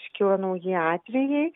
iškilo nauji atvejai